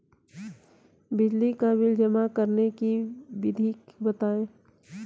बिजली का बिल जमा करने की विधि बताइए?